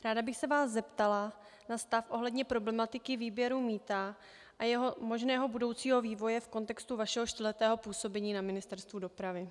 Ráda bych se vás zeptala na stav ohledně problematiky výběru mýta a jeho možného budoucího vývoje v kontextu vašeho čtyřletého působení na Ministerstvu dopravy.